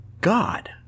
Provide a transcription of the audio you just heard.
god